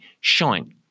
shine